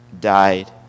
died